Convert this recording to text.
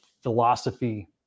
philosophy